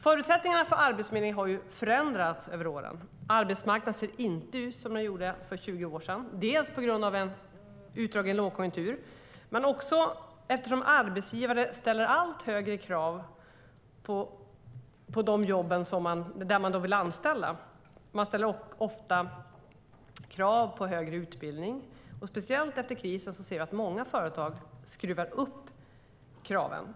Förutsättningarna för Arbetsförmedlingen har förändrats över åren. Arbetsmarknaden ser inte ut som den gjorde för 20 år sedan. Det beror dels på en utdragen lågkonjunktur, dels på att arbetsgivare ställer allt högre krav på dem de vill anställa. De ställer ofta krav på högre utbildning. Speciellt efter krisen ser vi att många företag skruvar upp kraven.